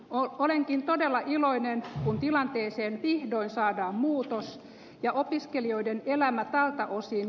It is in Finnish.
olenkin todella iloinen tilanteeseen vihdoin saada muutos ja opiskelijoiden elämä tältä osin